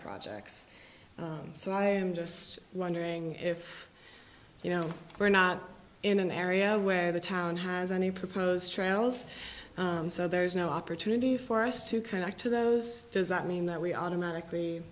projects so i am just wondering if you know we're not in an area where the town has any proposed trails so there is no opportunity for us to connect to those does not mean that we automatically